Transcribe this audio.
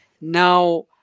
Now